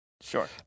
Sure